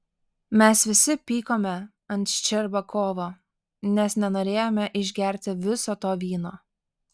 mes visi pykome ant ščerbakovo nes nenorėjome išgerti viso to vyno